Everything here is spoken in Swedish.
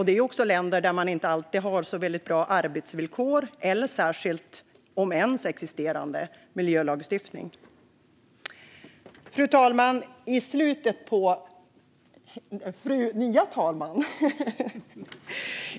Det är också länder där man inte alltid har så väldigt bra arbetsvillkor eller särskilt bra, om ens existerande, miljölagstiftning. Fru talman!